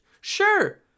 Sure